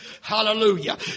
Hallelujah